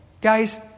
Guys